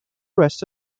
rest